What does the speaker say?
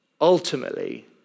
ultimately